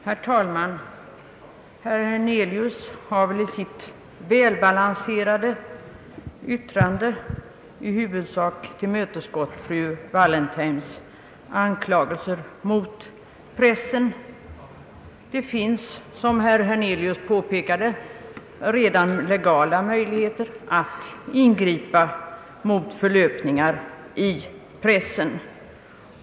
Herr talman! Herr Hernelius har i sitt välbalanserade yttrande i huvudsak bemött fru Wallentheims anklagelser mot pressen. Det finns, som herr Hernelius påpekade, redan legala möjligheter att ingripa mot förlöpningar i pressen.